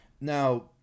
Now